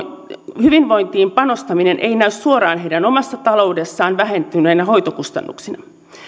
hyvinvointiin panostaminen ei näy suoraan heidän omassa taloudessaan vähentyneinä hoitokustannuksina